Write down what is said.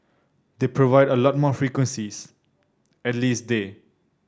they provide a lot more frequencies at least day